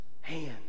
hands